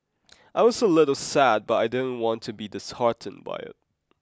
I was a little sad but I didn't want to be disheartened by it